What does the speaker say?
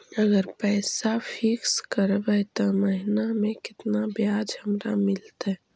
अगर पैसा फिक्स करबै त महिना मे केतना ब्याज हमरा मिलतै?